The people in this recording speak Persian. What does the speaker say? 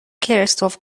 کریستف